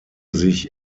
sich